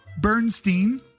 Bernstein